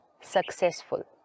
successful